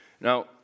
Now